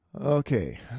Okay